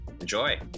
Enjoy